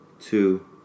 two